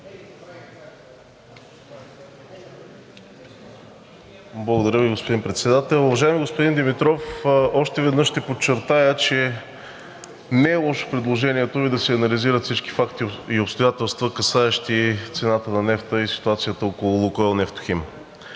Благодаря Ви, господи Председател. Уважаеми господин Димитров, още веднъж ще подчертая, че не е лошо предложението Ви да се анализират всички факти и обстоятелства, касаещи цената на нефта и ситуацията около „Лукойл Нефтохим“,